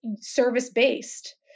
service-based